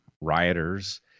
rioters